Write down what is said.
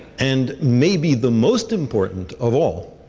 and maybe the most important of all,